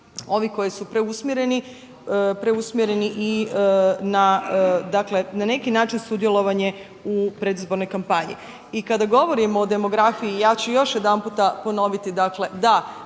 preusmjereni, preusmjereni i na neki način sudjelovanje u predizbornoj kampanji. I kada govorimo o demografiji ja ću još jedanputa ponovi, dakle da